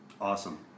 Awesome